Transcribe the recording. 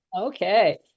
Okay